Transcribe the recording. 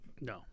No